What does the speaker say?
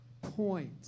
point